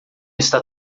está